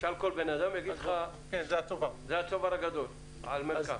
תשאל כל אדם יגיד לך זה הצובר הגדול על מרכב.